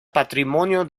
patrimonio